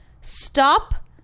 stop